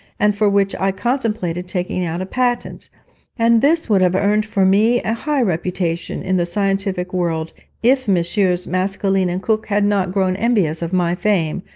and for which i contemplated taking out a patent and this would have earned for me a high reputation in the scientific world if messrs. maskelyne and cooke had not grown envious of my fame,